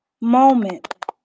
moment